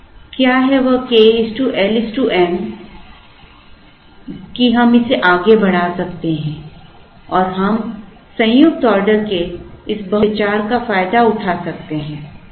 क्या है वह k l m को है कि हम इसे आगे बढ़ा सकते हैं और हम संयुक्त ऑर्डर के इस बहुत विचार का फायदा उठा सकते हैं